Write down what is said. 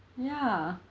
ya